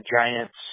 Giants